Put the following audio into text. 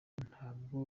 ntabwo